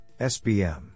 SBM